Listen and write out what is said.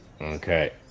Okay